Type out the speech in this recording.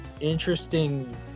interesting